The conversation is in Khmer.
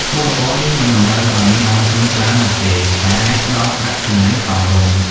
មុខរបរនេះមិនតម្រូវឲ្យមានដើមទុនច្រើននោះទេ តែអាចផ្ដល់ប្រាក់ចំណេញសមរម្យ។